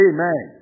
Amen